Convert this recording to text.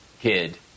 kid